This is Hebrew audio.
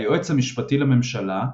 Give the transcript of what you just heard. היועץ המשפטי לממשלה,